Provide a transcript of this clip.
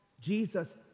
Jesus